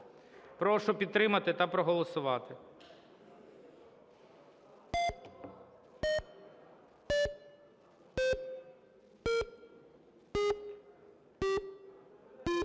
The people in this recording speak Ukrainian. Прошу підтримати та проголосувати.